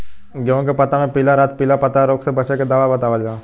गेहूँ के पता मे पिला रातपिला पतारोग से बचें के दवा बतावल जाव?